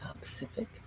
Pacific